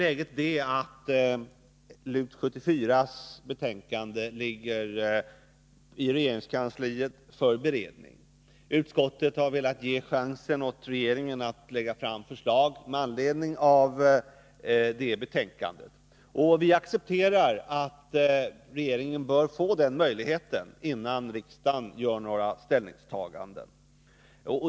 Läget är att LUT 74:s betänkande ligger i regeringskansliet för beredning. Utskottet har velat ge regeringen chansen att lägga fram förslag med anledning av det betänkandet. Vi accepterar att regeringen skall få den möjligheten innan riksdagen gör några ställningstaganden.